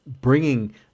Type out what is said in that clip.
bringing